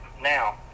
Now